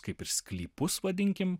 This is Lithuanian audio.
kaip ir sklypus vadinkim